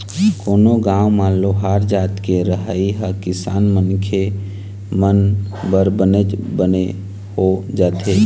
कोनो गाँव म लोहार जात के रहई ह किसान मनखे मन बर बनेच बने हो जाथे